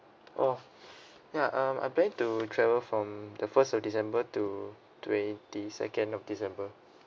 oh ya um I'm planning to travel from the first of december to twenty second of december